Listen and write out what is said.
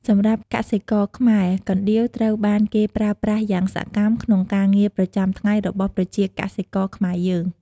សម្រាប់កសិករខ្មែរ កណ្ដៀវ ត្រូវបានគេប្រើប្រាស់យ៉ាងសកម្មក្នុងការងារប្រចាំថ្ងៃរបស់ប្រជាកសិករខ្មែរយើង។